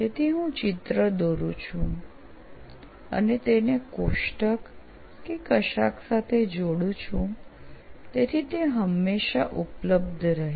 તેથી હું ચિત્ર દોરું છું અને તેને કોષ્ટક કે કશાક સાથે જોડુ છું જેથી તે હંમેશ ઉપલબ્ધ રહે